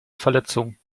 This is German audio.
verletzung